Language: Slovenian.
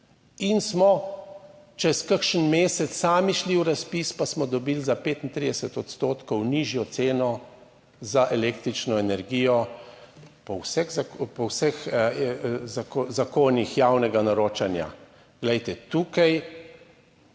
in smo čez kakšen mesec sami šli v razpis, pa smo dobili za 35 odstotkov nižjo ceno za električno energijo po vseh zakonih javnega naročanja. Glejte, tukaj